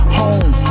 home